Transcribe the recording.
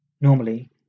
Normally